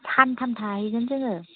सानथाम थाहैगोन जोङो